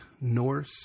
Norse